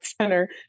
center